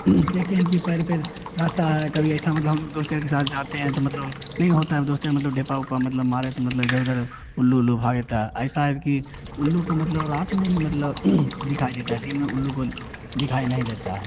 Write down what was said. देखें है कि पेड़ पर रहता है कभी ऐसा मतलब हम दोस्त यार के साथ जाते हैं तो मतलब नहीं होता है मतलब दोस्त यार डेप्पा उप्प मतलब मारे तो मतलब इधर उधर उल्लू उल्लू भागता ऐसा है कि उल्लू को मतलब रात में ही मतलब दिखाई देता है दिन में उल्लू को दिखाई नहीं देता है